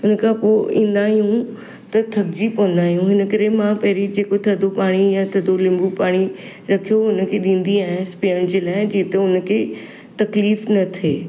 हिन खां पोइ ईंदा आहियूं त थकजी पवंदा आहियूं हिन करे मां पहिरियों जेको थधो पाणी या थधो लीमो पाणी रखियो उहो हुनखे ॾींदी आयसि पीअण जे लाइ जेतिरो हुनखे तकलीफ़ न थे